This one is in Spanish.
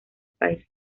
país